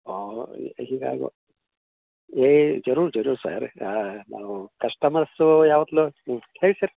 ಹೀಗೆ ಆಗೋ ಏ ಜರೂರು ಜರೂರು ಸರ್ ನಾವು ಕಸ್ಟಮರ್ಸ್ಸೂ ಯಾವಾಗ್ಲು ಹೇಳಿ ಸರ್